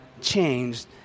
changed